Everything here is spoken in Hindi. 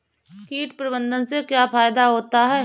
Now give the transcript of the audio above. कीट प्रबंधन से क्या फायदा होता है?